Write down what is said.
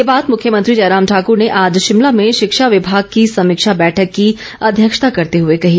ये बात मुख्यमंत्री जयराम ठाकुर ने आज शिमला में शिक्षा विभाग की समीक्षा बैठक की अध्यक्षता करते हुए कही